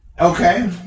Okay